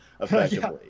effectively